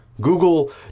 Google